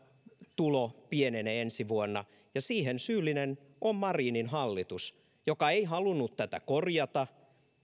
tulonsa pienenee ensi vuonna siihen syyllinen on marinin hallitus joka ei halunnut tätä korjata